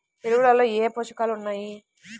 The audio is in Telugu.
ఎరువులలో ఏ పోషకాలు ఉన్నాయి?